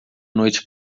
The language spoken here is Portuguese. noite